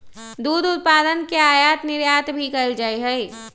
दुध उत्पादन के आयात निर्यात भी कइल जा हई